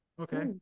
Okay